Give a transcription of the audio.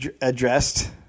addressed